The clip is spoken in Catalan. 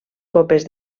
copes